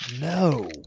No